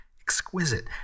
exquisite